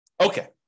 Okay